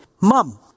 Mom